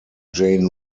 jane